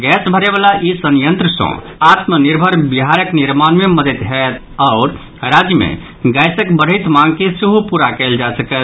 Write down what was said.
gas भरयवला ई संयंत्र सँ आत्मनिर्भर बिहारक निर्माण मे मददि होयत आओर राज्य मे गैसक बढैत मांग के सेहो पूरा कयल जा सकत